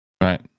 right